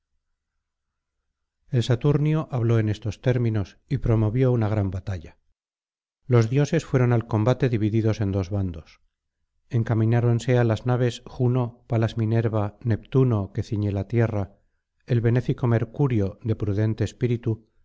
el saturnio habló en estos términos y promovió una gran batalla los dioses fueron al combate divididos en dos bandos encamináronse alas naves juno palas minerva neptuno que ciñe la tierra el benéfico mercurio de prudente espíritu